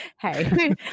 Hey